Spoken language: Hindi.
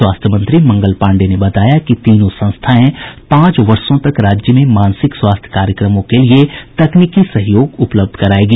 स्वास्थ्य मंत्री मंगल पांडेय ने बताया कि तीनों संस्थाएं पांच वर्षों तक राज्य में मानसिक स्वास्थ्य कार्यक्रमों के लिए तकनीकी सहयोग उपलब्ध करायेगी